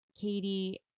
Katie